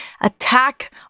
attack